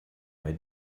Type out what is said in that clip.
bei